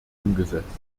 umgesetzt